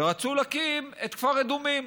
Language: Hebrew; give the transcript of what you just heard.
ורצו להקים את כפר אדומים.